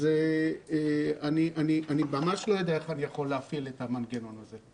אני ממש לא יודע איך אני יכול להכין את המנגנון הזה.